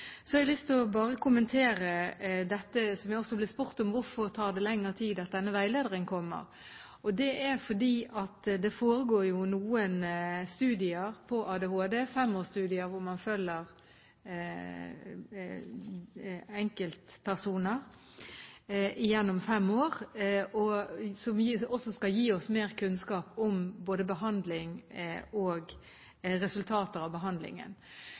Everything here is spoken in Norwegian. Så har jeg lyst til å kommentere det jeg også ble spurt om, om hvorfor det tar lengre tid før denne veilederen kommer. Det er fordi det foregår studier på ADHD, femårsstudier – man følger enkeltpersoner gjennom fem år – som skal gi oss mer kunnskap om både behandling og resultater av behandlingen.